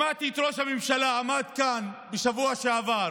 שמעתי את ראש הממשלה, שעמד כאן בשבוע שעבר